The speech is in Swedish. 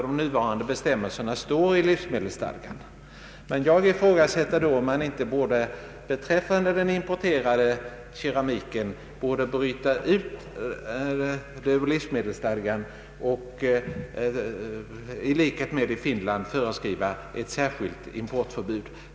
De nuvarande bestämmelserna står ju i livsmedelsstadgan, men jag ifrågasätter om man inte borde bryta ut den importerade keramiken ur denna lagstiftning och i likhet med vad som skett i Finland föreskriva ett särskilt importförbud.